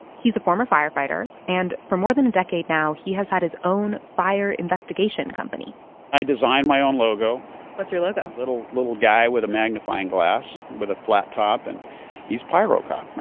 he's a former firefighter. and for more than a decade now, he has had his own fire investigation company i designed my own logo what's your logo? it's a little little guy with a magnifying glass with a flat top. and he's pyrocop, right?